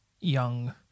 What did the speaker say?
young